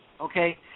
Okay